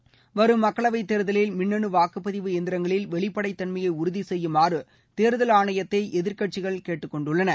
நி வரும் மக்களவைத் தேர்தலில் மின்னணு வாக்குப்பதிவு எந்திரங்களில் வெளிப்படைத் தன்மையை உறுதி செய்யுமாறு தேர்தல் ஆணையத்தை எதிர்க்கட்சிகள் கேட்டுக்கொண்டுள்ளன